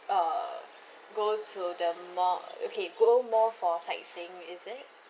uh go to the more okay go more for sightseeing is it